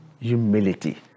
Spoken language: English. humility